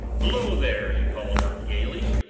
below there! he called out, gayly,